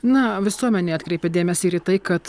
na visuomenė atkreipė dėmesį ir į tai kad